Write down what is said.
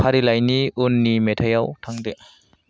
फारिलाइनि उननि मेथाइयाव थांदो